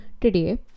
today